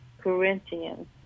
Corinthians